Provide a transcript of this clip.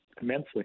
immensely